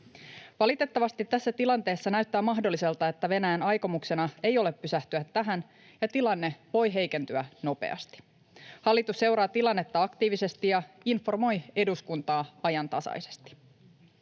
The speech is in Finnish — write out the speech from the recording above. Valitettavasti tässä tilanteessa näyttää mahdolliselta, että Venäjän aikomuksena ei ole pysähtyä tähän ja tilanne voi heikentyä nopeasti. Hallitus seuraa tilannetta aktiivisesti ja informoi eduskuntaa ajantasaisesti.